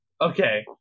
Okay